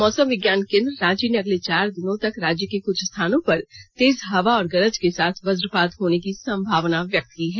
मौसम विज्ञान केन्द्र रांची ने अगले चार दिनों तक राज्य के कुछ स्थानों पर तेज हवा और गरज के साथ वज्रपात होने की संभावना व्यक्त की है